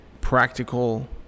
practical